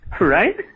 Right